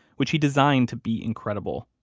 which he designed to be incredible,